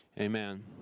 Amen